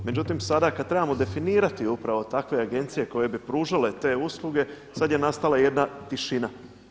Međutim sada kada trebamo definirati upravo takve agencije koje bi pružale te usluge sada je nastala jedna tišina.